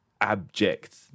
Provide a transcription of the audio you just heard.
abject